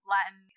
Latin